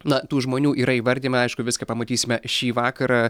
na tų žmonių yra įvardijama aišku viską pamatysime šį vakarą